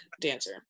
dancer